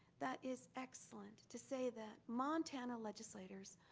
that is excellent to say that montana legislators,